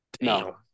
no